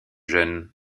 jeunes